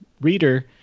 reader